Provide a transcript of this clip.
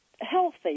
healthy